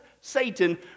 satan